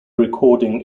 recording